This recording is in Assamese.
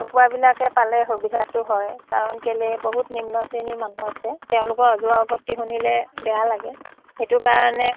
নোপোৱাবিলাকে পালে সুবিধাটো হয় কাৰণ কেলে বহুত নিম্ন শ্ৰেণীৰ মানুহ আছে তেওঁলোকৰ অজোৱা আপত্তি শুনিলে বেয়া লাগে সেইটো কাৰণে